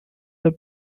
the